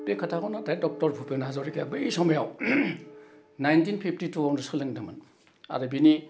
बे खोथाखौनो डक्टर भुपेन हाज'रिकाया बै समायाव नाइनटिन फिफटिटुआव सोलोंदोंमोन आरो बिनि